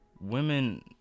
Women